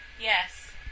Yes